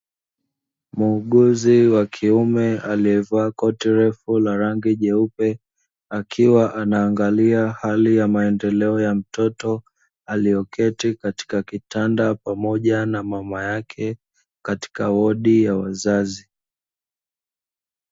Muuguzi wa kiume aliyevaa koti refu la rangi nyeupe, akiwa anaangalia hali ya maendeleo ya mtoto, aliyeketi katika kitanda pamoja na mama yake katika wodi ya wazazi.